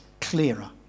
clearer